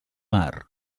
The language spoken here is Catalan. mar